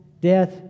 death